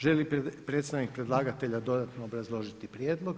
Želi li predstavnik predlagatelja dodatno obrazložiti prijedlog?